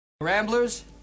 Ramblers